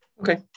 Okay